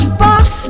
boss